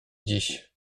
dziś